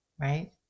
right